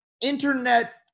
internet